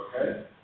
okay